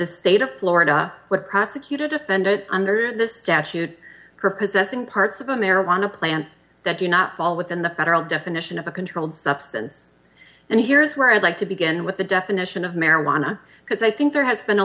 the state of florida would prosecuted defendant under this statute for possessing parts of a marijuana plant that do not fall within the federal definition of a controlled substance and here's where i'd like to begin with the definition of marijuana because i think there has been a